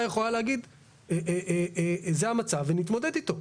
יכולה להגיד זה המצב ונתמודד איתו.